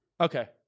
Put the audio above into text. Okay